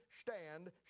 stand